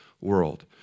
world